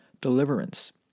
deliverance